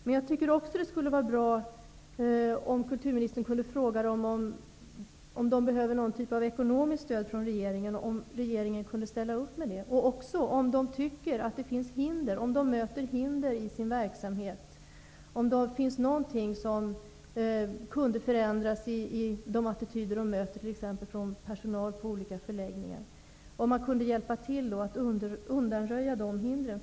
Men det vore också bra om kulturministern kunde fråga dem om de behöver någon typ av ekonomiskt stöd från regeringen, om regeringen kan ställa upp med det, och om de möter hinder i sin verksamhet, om det finns något som kunde förändras i de attityder de möter, t.ex. bland personalen på olika förläggningar, och om man i så fall kunde hjälpa till att undanröja de hindren.